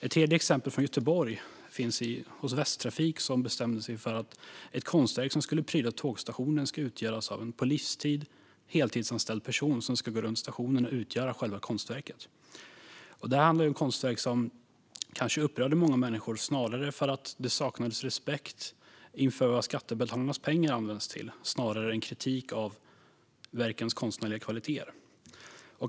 Ett tredje exempel kommer från Göteborg, där Västtrafik bestämde sig för att ett konstverk som skulle pryda tågstationen skulle utgöras av en på livstid heltidsanställd person som skulle gå runt stationen och utgöra själva konstverket. Detta handlar alltså om konstverk som upprörde många människor - kanske snarare därför att det saknades respekt inför vad skattebetalarnas pengar används till än att det var en kritik av verkens konstnärliga kvaliteter.